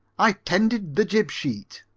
i tended the jib-sheet.